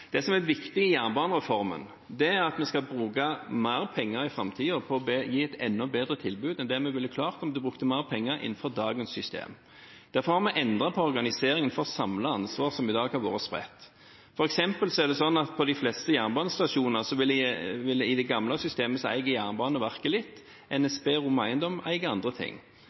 Det som er viktig i jernbanereformen, er at vi skal bruke mer penger i framtiden på å gi et enda bedre tilbud enn vi ville klart om vi brukte mer penger innenfor dagens system. Derfor har vi endret på organiseringen for å samle ansvar som i dag har vært spredt. Det er f.eks. sånn – i det gamle systemet – at på de fleste jernbanestasjoner eier Jernbaneverket litt, og NSBs ROM Eiendom eier andre ting.